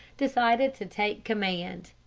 decided to take command.